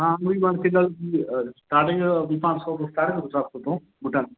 ਹਾਂ ਸਟਾਰਟਿੰਗ ਵੀ ਪੰਜ ਸੌ ਤੋਂ ਸਟਾਰਟਿੰਗ ਕੋਈ ਸੱਤ ਸੌ ਤੋਂ ਬੂਟਾਂ ਦੀ